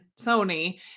Sony